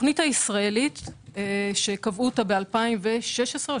התוכנית הישראלית שנקבעה ב-2016 או